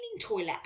toilet